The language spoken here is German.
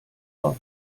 raus